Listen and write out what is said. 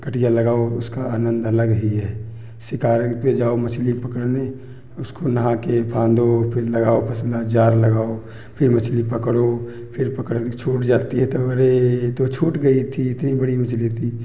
कटिया लगाओ उसका आनंद अलग ही है शिकार पे जाओ मछली पकड़ने उसको नहा के फाँदो फिर लगाओ फसला जार लगाओ फिर मछली पकड़ो फिर पकड़ के छूट जाती है तो अरे ये तो छूट गई थी इतनी बड़ी मछली थी